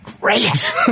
great